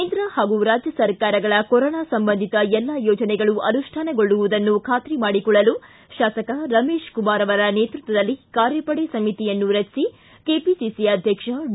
ಕೇಂದ್ರ ಹಾಗೂ ರಾಜ್ಞ ಸರ್ಕಾರಗಳ ಕೊರೋನಾ ಸಂಬಂಧಿತ ಎಲ್ಲಾ ಯೋಜನೆಗಳು ಅನುಷ್ಲಾನಗೊಳ್ಳುವುದನ್ನು ಖಾತ್ರಿ ಮಾಡಿಕೊಳ್ಳಲು ಶಾಸಕ ರಮೇಶ್ ಕುಮಾರ್ ಅವರ ನೇತೃತ್ವದಲ್ಲಿ ಕಾರ್ಯಪಡೆ ಸಮಿತಿಯನ್ನು ರಚಿಸಿ ಕೆಪಿಸಿಸಿ ಅಧ್ಯಕ್ಷ ಡಿ